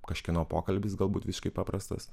kažkieno pokalbis galbūt visiškai paprastas